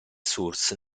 source